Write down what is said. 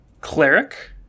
Cleric